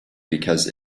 because